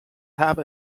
have